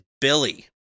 Billy